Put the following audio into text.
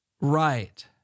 Right